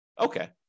Okay